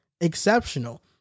exceptional